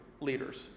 leaders